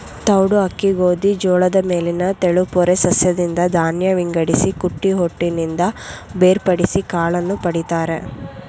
ತೌಡು ಅಕ್ಕಿ ಗೋಧಿ ಜೋಳದ ಮೇಲಿನ ತೆಳುಪೊರೆ ಸಸ್ಯದಿಂದ ಧಾನ್ಯ ವಿಂಗಡಿಸಿ ಕುಟ್ಟಿ ಹೊಟ್ಟಿನಿಂದ ಬೇರ್ಪಡಿಸಿ ಕಾಳನ್ನು ಪಡಿತರೆ